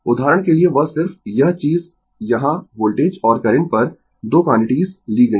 उदाहरण के लिए वह सिर्फ यह चीज यहाँ वोल्टेज और करंट पर 2 क्वांटिटीस ली गयी है